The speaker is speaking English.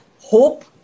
hope